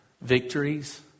victories